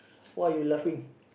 why you laughing